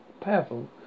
powerful